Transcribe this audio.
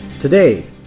Today